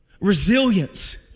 Resilience